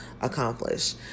accomplish